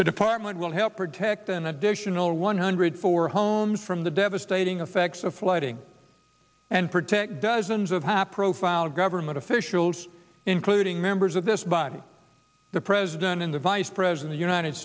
the department will help protect an additional one hundred four homes from the devastating effects of flooding and protect dozens of high profile government officials including members of this body the president in the vice pres in the united